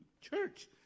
church